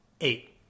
Eight